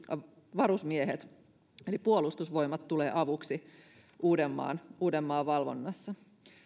varusmiehet eli puolustusvoimat tulevat avuksi uudenmaan uudenmaan valvonnassa